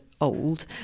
old